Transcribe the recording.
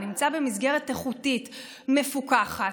נמצא במסגרת איכותית מפוקחת,